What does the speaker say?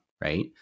right